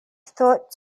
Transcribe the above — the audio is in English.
thought